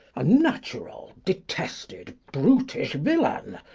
unnatural, detested, brutish villain!